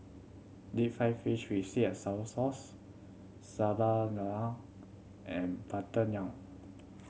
deep fried fish with sweet and sour sauce Sambal Lala and butter naan